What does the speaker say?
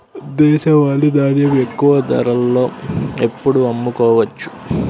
దేశవాలి ధాన్యం ఎక్కువ ధరలో ఎప్పుడు అమ్ముకోవచ్చు?